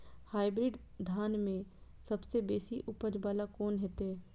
Hybrid धान में सबसे बेसी उपज बाला कोन हेते?